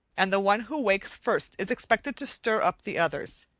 and the one who wakes first is expected to stir up the others.